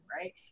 right